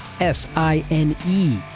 s-i-n-e